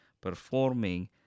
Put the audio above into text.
performing